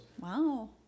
Wow